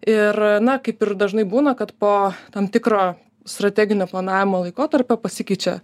ir na kaip ir dažnai būna kad po tam tikro strateginio planavimo laikotarpio pasikeičia